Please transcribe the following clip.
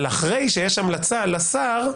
אבל אחרי שיש המלצה לשר,